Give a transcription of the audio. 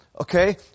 okay